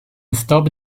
stop